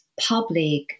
public